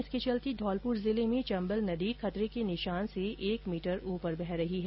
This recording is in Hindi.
इसके चलते धौलपुर जिले में चम्बल नदी खतरे के निशान से एक मीटर उपर बह रही है